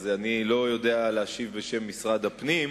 אני לא יודע להשיב בשם משרד הפנים.